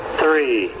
three